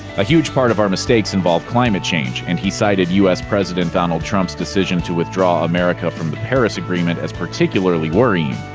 a huge part of our mistakes involve climate change, and he cited us president donald trump's decision to withdraw america from the paris agreement as particularly worrying.